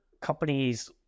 companies